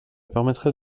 permettrait